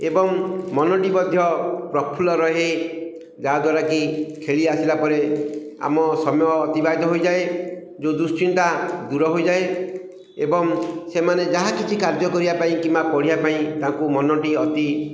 ଏବଂ ମନଟି ମଧ୍ୟ ପ୍ରଫୁଲ୍ଲ ରହେ ଯାହାଦ୍ୱାରା କି ଖେଳି ଆସିଲା ପରେ ଆମ ସମୟ ଅତିବାହିତ ହୋଇଯାଏ ଯେଉଁ ଦୁଶ୍ଚିନ୍ତା ଦୂର ହୋଇଯାଏ ଏବଂ ସେମାନେ ଯାହା କିଛି କାର୍ଯ୍ୟ କରିବା ପାଇଁ କିମ୍ବା ପଢ଼ିବା ପାଇଁ ତାଙ୍କୁ ମନଟି ଅତି